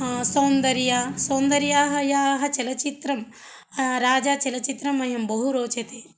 सौन्दर्या सौन्दर्याः याः चलचित्रं राजा चलचित्रं मह्यं बहु रोचते